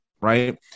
right